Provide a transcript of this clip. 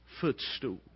footstool